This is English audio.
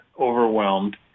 overwhelmed